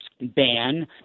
ban